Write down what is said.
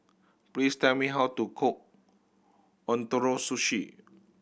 please tell me how to cook Ootoro Sushi